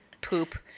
poop